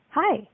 Hi